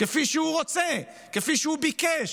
כפי שהוא רוצה, כפי שהוא ביקש,